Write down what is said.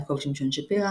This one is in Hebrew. יעקב שמשון שפירא,